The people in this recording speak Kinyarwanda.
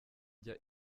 njya